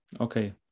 okay